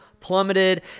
plummeted